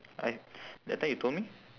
I that time you told me